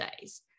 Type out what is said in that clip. days